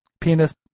penis